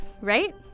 right